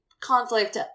conflict